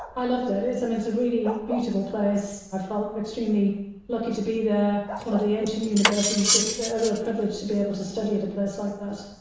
i loved it. it's, i mean, it's a really beautiful place. i felt extremely lucky to be there. it's one of the ancient universities, just ah a real privilege to be able to study at a place like that.